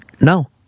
No